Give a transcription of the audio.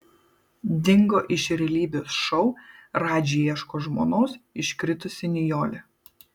dingo iš realybės šou radži ieško žmonos iškritusi nijolė